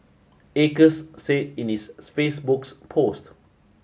Acres said in its Facebook's post